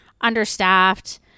understaffed